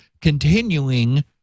continuing